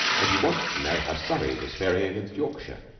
and he wanted to know how surrey was faring against yorkshire.